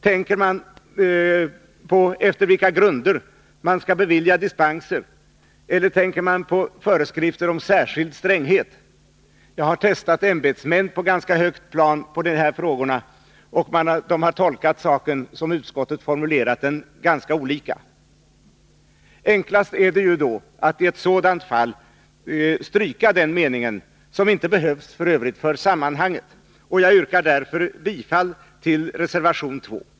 Tänker man på efter vilka grunder dispenser skall beviljas, eller tänker man på föreskrifter om särskild stränghet? Jag har testat ämbetsmän på ganska högt plan i dessa frågor, och de har — som utskottet har formulerat saken — tolkat detta på ganska olika sätt. Därför är det enklast att stryka den meningen, som f. ö. inte behövs för sammanhanget. Jag yrkar därför bifall till reservation 2.